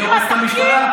אני הורס את המשטרה?